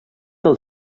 del